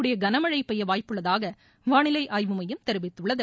கூடிய கனமழை பெய்ய வாய்ப்புள்ளதாக வானிலை ஆய்வு மையம் தெரிவித்துள்ளது